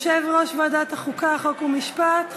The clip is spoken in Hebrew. בשמו של יושב-ראש ועדת החוקה, חוק ומשפט,